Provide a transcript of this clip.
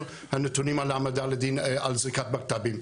הנתונים על העמדה לדין על זריקת בקת"בים,